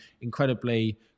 incredibly